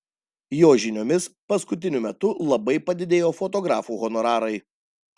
jo žiniomis paskutiniu metu labai padidėjo fotografų honorarai